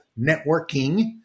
networking